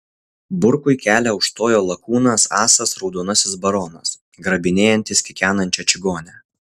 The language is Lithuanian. burkui kelią užstojo lakūnas asas raudonasis baronas grabinėjantis kikenančią čigonę